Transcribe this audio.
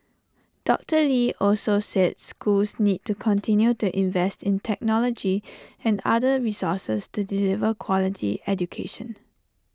doctor lee also said schools need to continue to invest in technology and other resources to deliver quality education